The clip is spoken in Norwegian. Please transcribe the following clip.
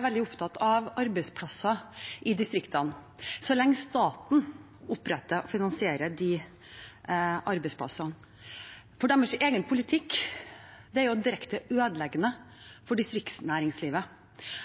veldig opptatt av arbeidsplasser i distriktene så lenge staten oppretter og finansierer de arbeidsplassene, for deres egen politikk er jo direkte ødeleggende for distriktsnæringslivet.